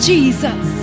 Jesus